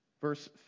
verse